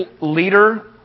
leader